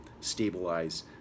stabilize